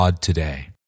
today